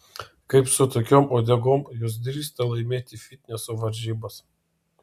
kaip su tokiom uodegom jos drįsta laimėti fitneso varžybas